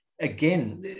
again